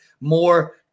more